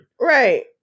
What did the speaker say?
Right